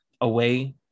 away